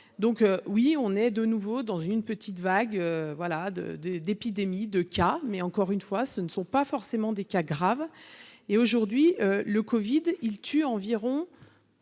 donc, oui, on est de nouveau dans une petite vague voilà de de d'épidémie de cas, mais encore une fois, ce ne sont pas forcément des cas graves et aujourd'hui le Covid il tue environ.